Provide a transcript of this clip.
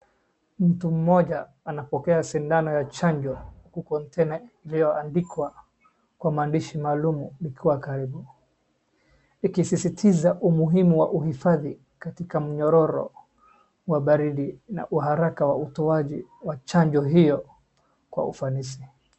Mtu mmoja anapokea sindano ya chanjo huku container iliyoandikwa kwa maandishi maalum likiwa karibu. Ikisisitiza umuhimu wa uhifadhi katika mnyororo wa baridi na uharaka wa utoaji wa chanjo hiyo kwa ufanisi.